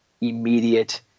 immediate